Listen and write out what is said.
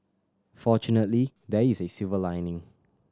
fortunately there is a silver lining